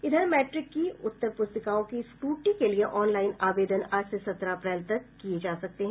इधर मैट्रिक की उत्तर प्रस्तिकाओं की स्क्रूटनी के लिए ऑनलाईन आवेदन आज से सत्रह अप्रैल तक किये जा सकते हैं